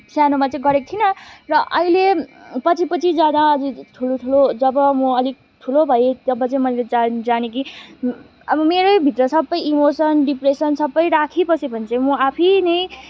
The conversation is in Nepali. सानोमा चाहिँ गरेको थिइनँ र अहिले पछि पछि जाँदा ठुलो ठुलो जब म अलिक ठुलो भएँ तब चाहिँ मैले जान् जानेँ कि अब मेरैभित्र सबै इमोसन डिप्रेसन सबै राखिबसेँ भने चाहिँ म आफै नै